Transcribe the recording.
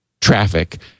traffic